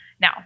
Now